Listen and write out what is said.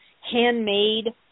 handmade